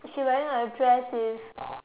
she wearing a dress with